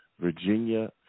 Virginia